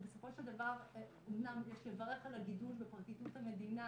ובסופו של דבר אמנם יש לברך על הגידול בפרקליטות המדינה